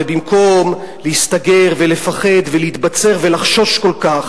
ובמקום להסתגר ולפחד ולהתבצר ולחשוש כל כך